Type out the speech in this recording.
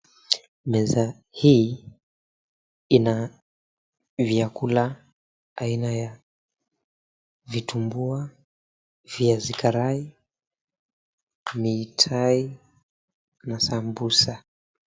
Meza hii ina vyakula aina ya vitumbua, viazi karai, mitai na sambusa.